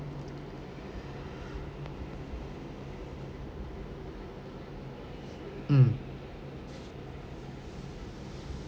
mm